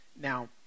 Now